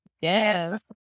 Yes